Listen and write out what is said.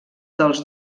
dels